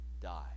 die